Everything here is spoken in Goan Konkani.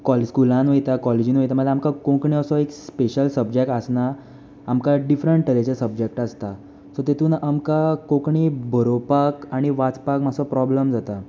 स्कूलांत वयता कॉलेजीक वयता म्हणल्यार आमकां कोंकणी असो एक स्पेशियल सबजेक्ट आसना आमकां डिफ्रंट तरेचे सबजेक्ट आसता देखून आमकां कोंकणी बरोवपाक आनी वाचपाक मातसो प्रोबलम जाता